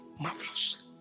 marvelous